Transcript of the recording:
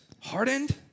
hardened